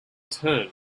turn